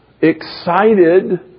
excited